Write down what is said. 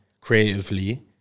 creatively